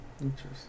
Interesting